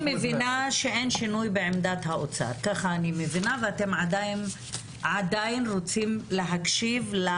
אני מבינה שאין שינוי בעמדת האוצר ואתם עדיין רוצים להקשיב.